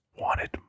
wanted